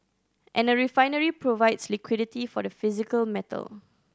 and a refinery provides liquidity for the physical metal